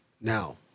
Now